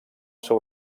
seu